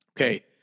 Okay